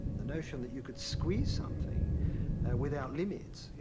the notion that you could squeeze something without limits, you